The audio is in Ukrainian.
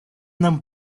нам